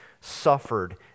suffered